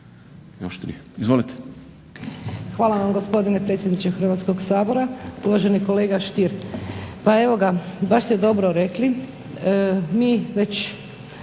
Đurđica (HDZ)** Hvala vam gospodine predsjedniče Hrvatskog sabora. Uvaženi kolega Stier pa evo ga baš ste dobro rekli, mi već